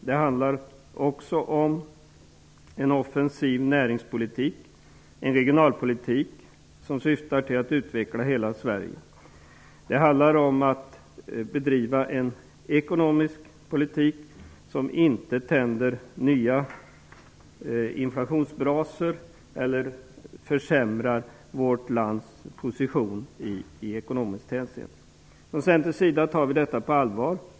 Det handlar också om en offensiv näringspolitik och en regionalpolitik som syftar till att utveckla hela Sverige liksom om att bedriva en ekonomisk politik som inte tänder nya inflationsbrasor eller försämrar vårt lands position i ekonomiskt hänseende. Från Centerns sida tar vi detta på allvar.